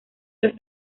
los